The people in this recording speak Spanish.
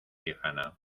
lejana